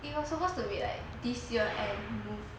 it was supposed to be like this year end move